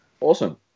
Awesome